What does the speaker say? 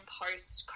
post